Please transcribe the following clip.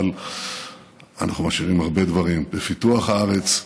אבל אנחנו משאירים הרבה דברים בפיתוח הארץ,